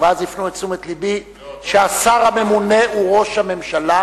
ואז הפנו את תשומת לבי שהשר הממונה הוא ראש הממשלה,